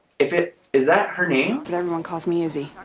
if it is that her name but everyone calls me easy